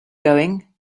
going